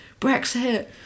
Brexit